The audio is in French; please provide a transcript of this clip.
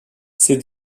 ces